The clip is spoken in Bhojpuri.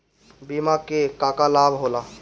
बिमा के का का लाभ होला?